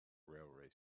railway